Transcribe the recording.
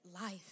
life